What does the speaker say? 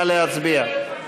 נא להצביע.